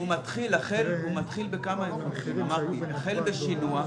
הוא מתחיל בכמה היבטים, החל בשינוע,